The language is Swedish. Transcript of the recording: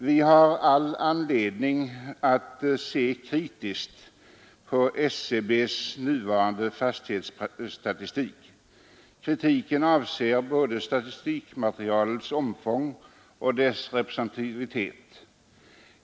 Vi har all anledning att se kritiskt på SCB:s nuvarande fastighetsstatistik. Kritiken avser både statistikmaterialets omfång och dess representativitet.